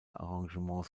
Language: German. arrangements